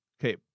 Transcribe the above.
okay